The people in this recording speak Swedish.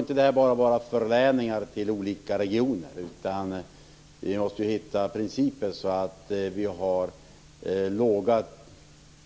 Nu får det inte bara vara fråga om förläningar till olika regioner. Vi måste finna principer för låga